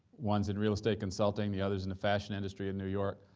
one's in real estate consulting. the other's in the fashion industry of new york,